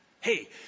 hey